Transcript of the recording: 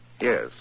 Yes